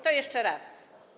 To jeszcze raz.